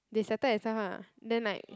they settle themselves ah then like